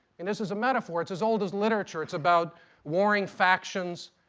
and this is a metaphor. it's as old as literature. it's about warring factions,